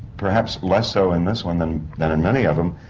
perhaps less so in this one than. than in many of them,